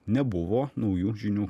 nebuvo naujų žinių